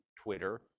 Twitter